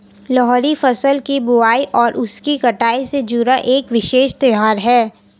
लोहड़ी फसल की बुआई और उसकी कटाई से जुड़ा एक विशेष त्यौहार है